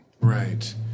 Right